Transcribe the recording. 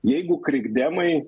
jeigu krikdemai